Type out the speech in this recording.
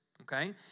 okay